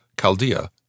Chaldea